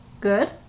Good